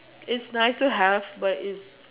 is nice to have but is